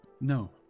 No